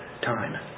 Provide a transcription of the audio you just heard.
time